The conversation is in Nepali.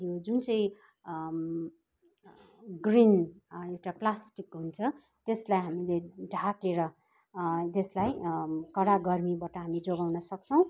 जुन चाहिँ ग्रिन एउटा प्लास्टिक हुन्छ त्यसलाई हामीले ढाकेर त्यसलाई कडा गर्मीबाट हामी जोगाउन सक्छौँ